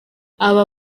aba